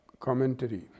Commentary